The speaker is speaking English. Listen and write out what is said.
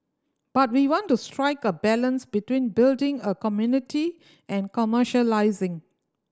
but we want to strike a balance between building a community and commercialising